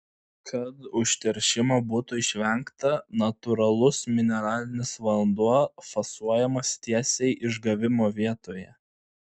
kad užteršimo būtų išvengta natūralus mineralinis vanduo fasuojamas tiesiai išgavimo vietoje